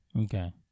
Okay